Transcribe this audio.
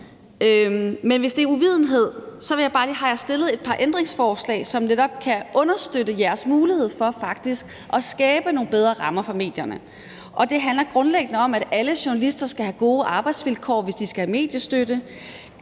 vil jeg bare sige, at jeg har stillet et par ændringsforslag, som netop kan understøtte jeres mulighed for faktisk at skabe nogle bedre rammer for medierne. Det handler grundlæggende om, at alle journalister skal have gode arbejdsvilkår, hvis de skal have mediestøtte,